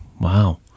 Wow